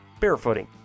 barefooting